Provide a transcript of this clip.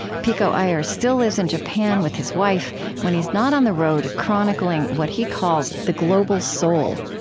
pico iyer still lives in japan with his wife when he's not on the road chronicling what he calls the global soul.